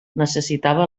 necessitava